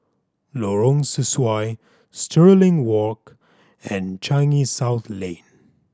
Lorong Sesuai Stirling Walk and Changi South Lane